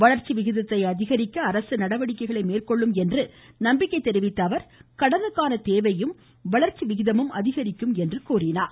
வளர்ச்சி விகிதத்தை அதிகரிப்பதற்கு நடவடிக்கைகளை மேற்கொள்ளும் என்று நம்பிக்கை தெரிவித்த அவர் கடனுக்கான தேவையும் வளர்ச்சி விகிதமும் அதிகரிக்கும் என்று குறிப்பிட்டார்